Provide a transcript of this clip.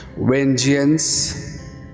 vengeance